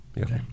Okay